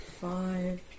five